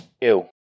Ew